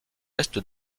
est